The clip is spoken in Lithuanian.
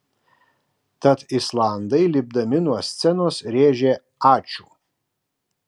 tad islandai lipdami nuo scenos rėžė ačiū